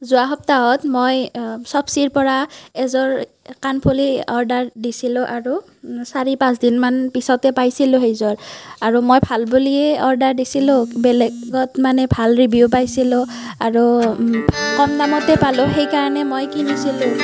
যোৱা সপ্তাহত মই চ'পচিৰ পৰা এযোৰ কাণফুলি অৰ্ডাৰ দিছিলোঁ আৰু চাৰি পাঁচদিনমান পিছতে পাইছিলোঁ সেইযোৰ আৰু মই ভাল বুলি অৰ্ডাৰ দিছিলোঁ বেলেগত মানে ভাল ৰিভিউ পাইছিলোঁ আৰু কম দামতে পালোঁ সেইকাৰণে মই কিনিছিলোঁ